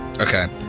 Okay